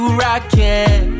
rockin